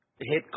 hit